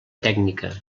tècnica